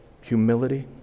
humility